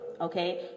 Okay